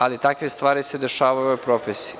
Ali, takve stvari se dešavaju u ovoj profesiji.